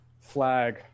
flag